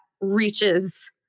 reaches